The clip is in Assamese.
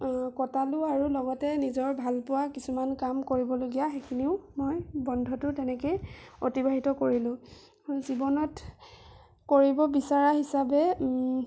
কটালোঁ আৰু লগতে নিজৰ ভালপোৱা কিছুমান কাম কৰিবলগীয়া সেইখিনিও মই বন্ধটো তেনেকেই অতিবাহিত কৰিলোঁ জীৱনত কৰিব বিচৰা হিচাপে